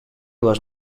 was